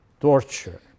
torture